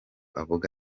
avuga